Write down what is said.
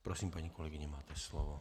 Prosím, paní kolegyně, máte slovo.